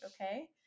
Okay